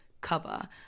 cover